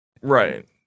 right